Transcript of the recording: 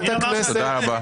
תודה רבה.